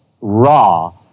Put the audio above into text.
raw